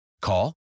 Call